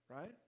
right